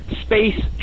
Space